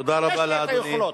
תודה רבה לאדוני.